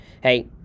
hey